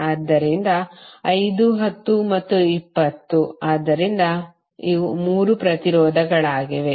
ಆದ್ದರಿಂದ 5 10 ಮತ್ತು 20 ಆದ್ದರಿಂದ ಇವು 3 ಪ್ರತಿರೋಧಗಳಾಗಿವೆ